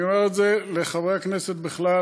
אני אומר את זה לחברי הכנסת בכלל,